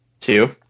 Two